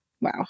Wow